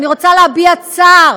אני רוצה להביע צער